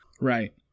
Right